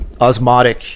osmotic